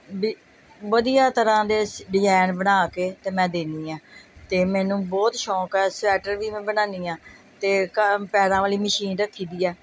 ਵੀ ਵਧੀਆ ਤਰ੍ਹਾਂ ਦੇ ਡਿਜ਼ਾਇਨ ਬਣਾ ਕੇ ਅਤੇ ਮੈਂ ਦਿੰਦੀ ਹਾਂ ਅਤੇ ਮੈਨੂੰ ਬਹੁਤ ਸ਼ੌਕ ਆ ਸਵੈਟਰ ਵੀ ਮੈਂ ਬਣਾਉਂਦੀ ਹਾਂ ਅਤੇ ਘ ਪੈਰਾਂ ਵਾਲੀ ਮਸ਼ੀਨ ਰੱਖੀ ਦੀ ਹੈ